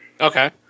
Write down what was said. Okay